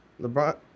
LeBron